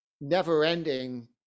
never-ending